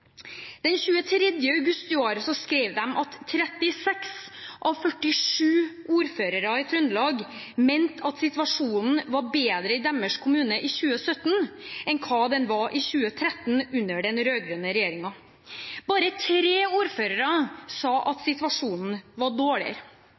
23. august i år skrev de at 36 av 47 ordførere i Trøndelag mente at situasjonen var bedre i deres kommune i 2017, enn hva den var i 2013 under den rød-grønne regjeringen. Bare tre ordførere sa at